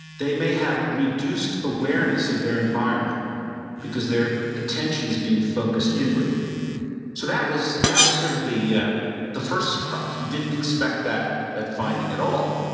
they may have reduced awareness of their environment because their attention is being focused inwardly so that was that was sort of the yeah the first surprise. we didn't expect that that finding at all.